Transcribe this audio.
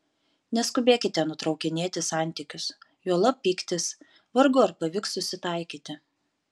neskubėkite nutraukinėti santykius juolab pyktis vargu ar pavyks susitaikyti